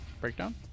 Breakdown